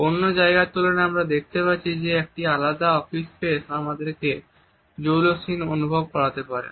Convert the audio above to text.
অন্য জায়গার তুলনায় আমরা দেখতে পাচ্ছি যে একটি আলাদা অফিস স্পেস আমাদেরকে জৌলুসহীন অনুভব করাতে পারে